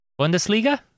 Bundesliga